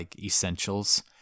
essentials